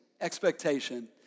expectation